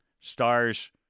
Stars